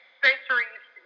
centuries